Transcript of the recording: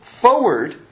forward